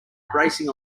embracing